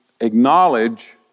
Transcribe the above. acknowledge